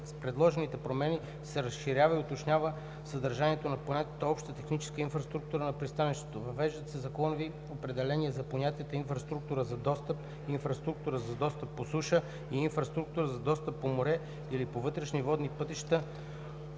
предложените промени се разширява и уточнява съдържанието на понятието „обща техническа инфраструктура на пристанището“. Въвеждат се законови определения за понятията „инфраструктура за достъп“, „инфраструктура за достъп по суша“ и „инфраструктура за достъп по море или по вътрешни водни пътища“,